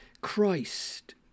Christ